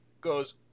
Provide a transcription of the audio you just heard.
goes